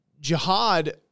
Jihad